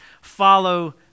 follow